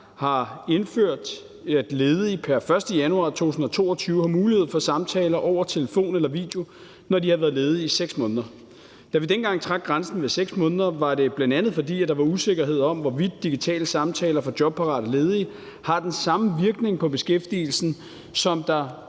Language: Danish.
har indført, at ledige pr. 1. januar 2022 har mulighed for samtaler over telefon eller video, når de har været ledige i 6 måneder. Da vi dengang trak grænsen ved 6 måneder, var det, fordi der bl.a. var usikkerhed om, hvorvidt digitale samtaler for jobparate ledige har den samme virkning på beskæftigelsen, som der